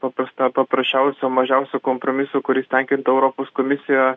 paprasta paprasčiausio mažiausio kompromiso kuris tenkintų europos komisiją